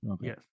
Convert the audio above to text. Yes